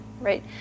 right